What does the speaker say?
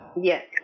Yes